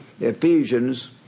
Ephesians